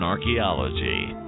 Archaeology